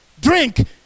drink